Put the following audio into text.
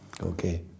okay